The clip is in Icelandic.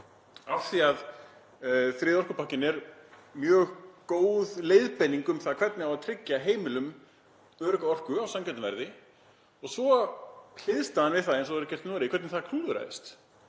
af því að þriðji orkupakkinn er mjög góð leiðbeining um það hvernig á að tryggja heimilum örugga orku á sanngjörnu verði og svo hliðstæðan við það sem hefur gerst í Noregi, hvernig það klúðraðist,